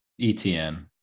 etn